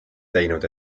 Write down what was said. teinud